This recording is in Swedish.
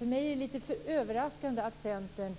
För mig är det litet överraskande att Centern